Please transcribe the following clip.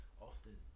often